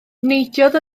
neidiodd